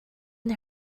and